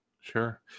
sure